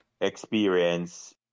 experience